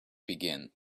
begin